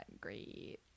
great